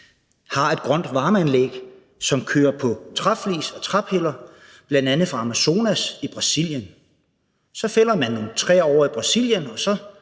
by, et grønt varmeanlæg, som kører på træflis og træpiller, bl.a. fra Amazonas i Brasilien. Så fælder man nogle træer ovre i Brasilien,